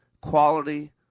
Quality